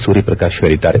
ಸೂರ್ಯಪ್ರಕಾಶ್ ಹೇಳಿದ್ದಾರೆ